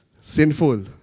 Sinful